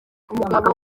umugabo